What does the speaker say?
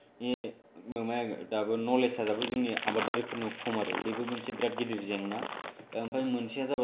नजेला जोंनि आबादारिफोरनियाव खम आरो बेबो मोनसे बिराद गिदिर जेंना दा ओमफ्राय मोनसेया जाबाय खि